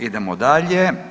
Idemo dalje.